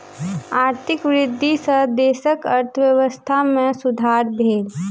आर्थिक वृद्धि सॅ देशक अर्थव्यवस्था में सुधार भेल